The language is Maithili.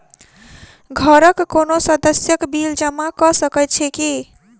घरक कोनो सदस्यक बिल जमा कऽ सकैत छी की?